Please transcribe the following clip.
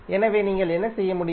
எனவே நீங்கள் என்ன செய்ய முடியும்